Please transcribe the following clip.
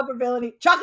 chocolate